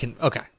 okay